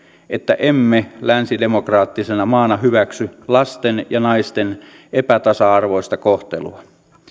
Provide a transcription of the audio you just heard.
että emme länsidemokraattisena maana hyväksy lasten ja naisten epätasa arvoista kohtelua